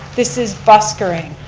this is buskering,